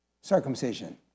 Circumcision